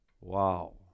Wow